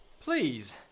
Please